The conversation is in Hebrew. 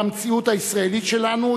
במציאות הישראלית שלנו,